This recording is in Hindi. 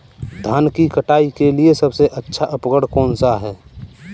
धान की कटाई के लिए सबसे अच्छा उपकरण कौन सा है?